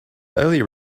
earlier